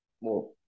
more